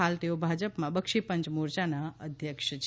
હાલ તેઓ ભાજપમાં બક્ષી પંચ મોરચાના અધ્યક્ષ છે